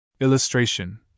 Illustration